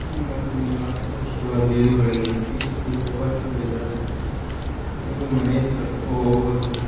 ನಮಗೆ march fast ಅದು ಇದು ಬೆಳಗ್ಗೆ ಎದ್ದು ಸ್ಕೂಲ್ಗೆ ಹೋಗೋಕ್ಕೆ ಬೇಜಾರು ಹೆಂಗೊ ಮನೆಯಿಂದ ಕರ್ಕೊ ಹೋಗೋರು